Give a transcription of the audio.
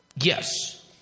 Yes